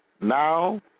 now